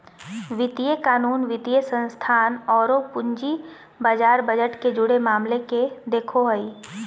वित्तीय कानून, वित्तीय संस्थान औरो पूंजी बाजार बजट से जुड़े मामले के देखो हइ